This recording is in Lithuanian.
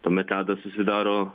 tuomet ledas susidaro